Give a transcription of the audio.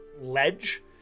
ledge